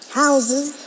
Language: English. houses